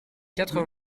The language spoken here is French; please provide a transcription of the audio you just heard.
quatre